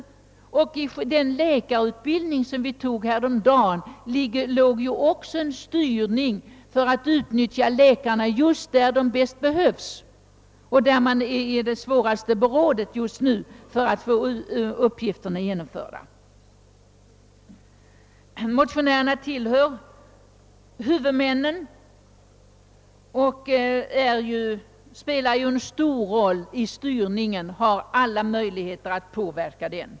I den plan för läkarutbildningen som vi antog häromdagen ligger också en styrning för att läkarna skall kunna utnyttjas där de bäst behövs och där man just nu mest är i beråd om hur uppgifterna skall klaras. Motionärerna tillhör huvudmännen och spelar alltså en stor roll vid styrningen. De har alla möjligheter att påverka denna.